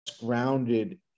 grounded